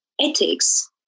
ethics